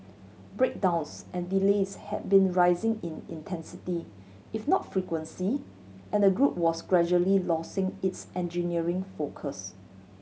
breakdowns and delays had been rising in intensity if not frequency and the group was gradually losing its engineering focus